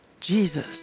Jesus